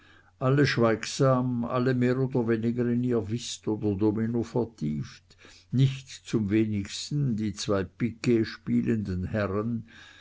alle schweigsam alle mehr oder weniger in ihr whist oder domino vertieft nicht zum wenigsten die zwei piquetspielenden herren